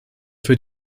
für